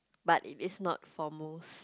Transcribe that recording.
but it is not for most